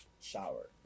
shower